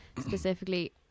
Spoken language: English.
specifically